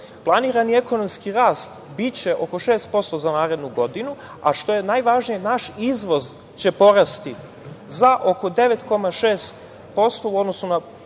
krize. Planirani ekonomski rast biće oko 6% za narednu godinu, a što je najvažnije, naš izvoz će porasti za oko 9,6% u odnosu na